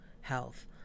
health